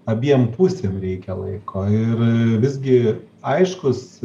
abiem pusėm reikia laiko ir visgi aiškus